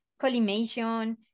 collimation